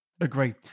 Agree